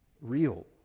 real